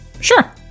Sure